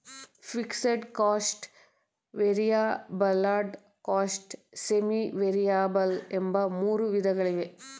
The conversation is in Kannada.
fixed cost, variable cost, semi variable ಎಂಬ ಮೂರು ವಿಧಗಳಿವೆ